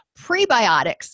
Prebiotics